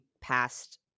past